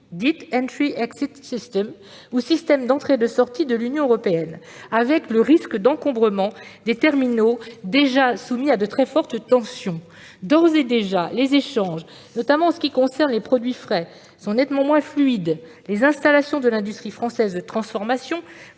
directive dite, ou système d'entrée et de sortie de l'Union européenne, avec le risque d'un encombrement des terminaux déjà soumis à de fortes tensions. D'ores et déjà, les échanges, notamment en ce qui concerne les produits frais, sont nettement moins fluides. Les installations de l'industrie française de transformation